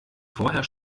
vorher